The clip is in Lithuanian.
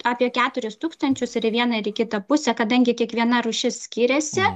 apie keturis tūkstančius ir į vieną ir į kitą pusę kadangi kiekviena rūšis skiriasi